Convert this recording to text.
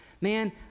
Man